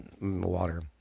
water